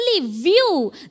view